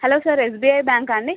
hello sir SBI బ్యాంకా అండి